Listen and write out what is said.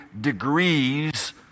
degrees